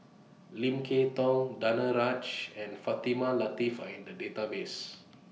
Lim Kay Tong Danaraj and Fatimah Lateef Are in The Database